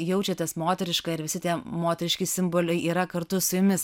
jaučiatės moteriška ir visi tie moteriški simboliai yra kartu su jumis